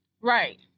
Right